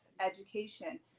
education